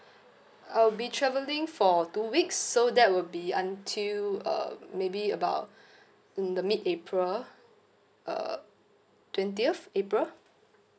I'll be travelling for two weeks so that will be until uh maybe about in the mid april uh twentieth april